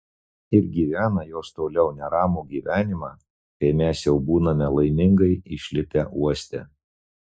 ir gyvena jos toliau neramų gyvenimą kai mes jau būname laimingai išlipę uoste